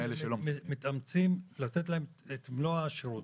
מתאמצים לתת להם את מלוא השירות,